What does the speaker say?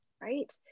right